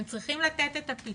הם צריכים לתת את הפיצוי,